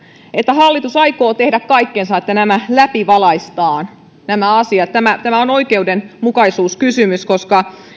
että hallitus aikoo tehdä kaikkensa että läpivalaistaan nämä asiat tämä tämä on oikeudenmukaisuuskysymys koska